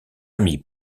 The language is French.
ami